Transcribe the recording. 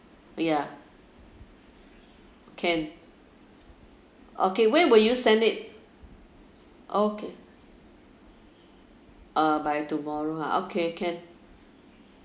ya can okay when will you send it okay uh by tomorrow ah okay can